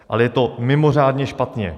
Ale je to mimořádně špatně.